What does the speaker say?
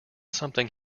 something